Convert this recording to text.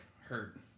hurt